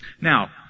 Now